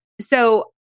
So-